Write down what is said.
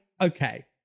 okay